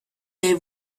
they